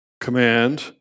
command